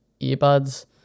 earbuds